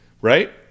Right